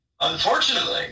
Unfortunately